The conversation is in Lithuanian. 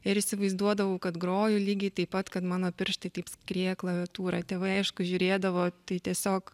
ir įsivaizduodavau kad groju lygiai taip pat kad mano pirštai kaip skrieja klaviatūra tėvai aišku žiūrėdavo tai tiesiog